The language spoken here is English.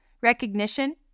recognition